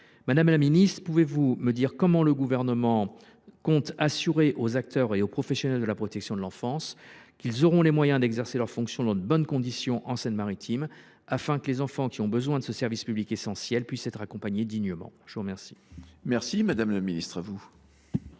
Madame la ministre, pouvez vous m’indiquer comment le Gouvernement compte assurer aux acteurs et aux professionnels de la protection de l’enfance en Seine Maritime les moyens d’exercer leurs fonctions dans de bonnes conditions, afin que les enfants qui ont besoin de ce service public essentiel puissent être accompagnés dignement ? La parole est à Mme la ministre déléguée.